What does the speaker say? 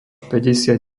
päťdesiat